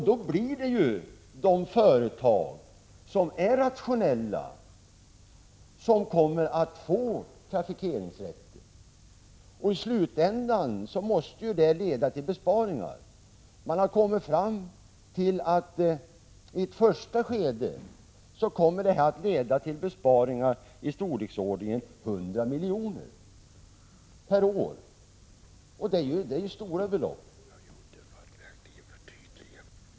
Det blir då de företag som är rationella som får trafikeringsrätten. I slutändan måste det leda till besparingar. Man har kommit fram till att detta i ett första skede kommer att leda till besparingar i storleksordningen 100 miljoner per år, och det är ju ett stort belopp.